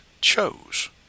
chose